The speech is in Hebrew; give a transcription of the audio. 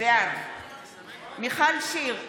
בעד מיכל שיר סגמן,